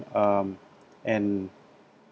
um and